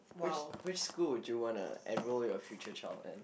which which school would you wanna enroll your future child in